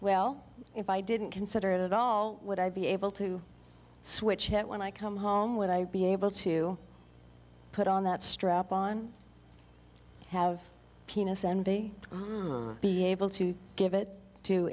well if i didn't consider it at all would i be able to switch it when i come home what i'd be able to put on that strap on have penis envy be able to give it to